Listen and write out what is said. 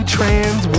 Trans